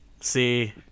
See